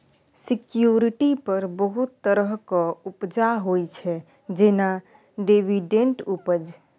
security पर बहुत तरहक उपजा होइ छै जेना डिवीडेंड उपज